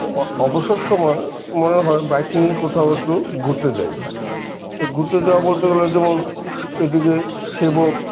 তো অবসর সময় মনে হয় বাইক নিয়ে কোথাও একটু ঘুরতে যাই তো ঘুরতে যাওয়া বলতে গেলে যেমন এদিকে সেবক